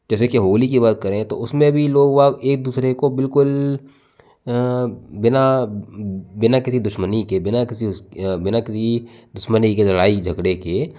जैसे की होली की बात करें तो उसमे भी लोग बाग एक दूसरे को बिलकुल बिना बिना किसी दुश्मनी के बिना किसी बिना किसी दुश्मनी के लड़ाई झगड़े के